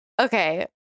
Okay